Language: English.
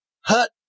hut